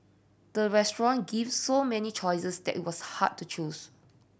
the restaurant gave so many choices that it was hard to choose